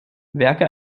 werke